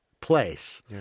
place